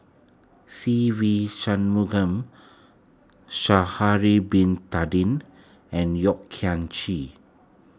Se Ve Shanmugam Sha'ari Bin Tadin and Yeo Kian Chye